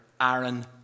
Aaron